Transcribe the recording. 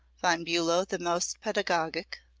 von bulow the most pedagogic,